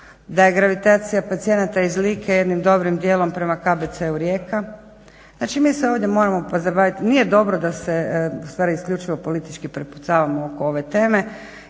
da je gravitacija pacijenata iz Like jednim dobrim dijelom prema KBC Rijeka, znači mi se ovdje moramo pozabaviti, nije dobro da se ustvari isključivo politički prepucavamo oko ove teme